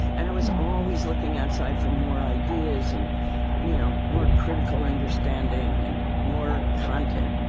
and i was always looking outside for more ideas and you know more critical understanding and more content.